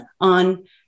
on